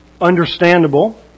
understandable